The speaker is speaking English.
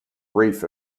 reef